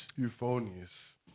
Euphonious